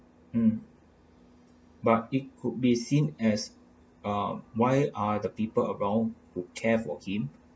mm but it could be seen as ah why are the people around who care for him